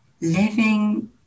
living